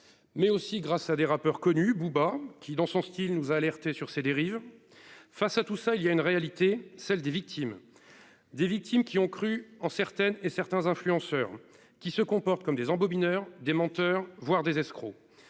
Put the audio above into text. Mais aussi grâce à des rappeurs connus Booba, qui dans son Style nous a alerté sur ces dérives. Face à tout ça il y a une réalité, celle des victimes. Des victimes qui ont cru en certaines et certains influenceurs qui se comportent comme des embobines heures des menteurs, voire des escrocs